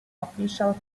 official